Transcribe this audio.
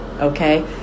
okay